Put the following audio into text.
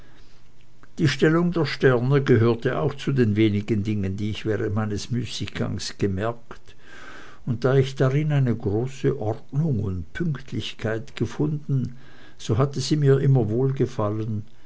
die stellung der sterne gehörte auch zu den wenigen dingen die ich während meines müßigganges gemerkt und da ich darin eine große ordnung und pünktlichkeit gefunden so hatte sie mir immer wohlgefallen